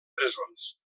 presons